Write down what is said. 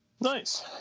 nice